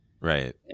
Right